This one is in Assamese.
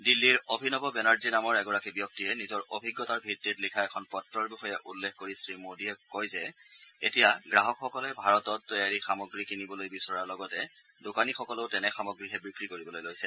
দিল্লীৰ অভিনৱ বেনাৰ্জী নামৰ এগৰাকী ব্যক্তিয়ে নিজৰ অভিজ্ঞতাৰ ভিত্তিত লিখা এখন পত্ৰৰ বিষয়ে উল্লেখ কৰি শ্ৰীমোদীয়ে কয় যে এতিয়া গ্ৰাহকসকলে ভাৰতত নিৰ্মিত সামগ্ৰী কিনিবলৈ বিচৰাৰ লগতে দোকানীসকলেও তেনে সামগ্ৰীহে বিক্ৰী কৰিবলৈ লৈছে